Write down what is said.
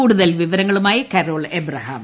കൂടുതൽ വിവരങ്ങളുമായി Carol Abraham